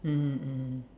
mmhmm mmhmm